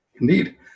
Indeed